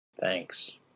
Thanks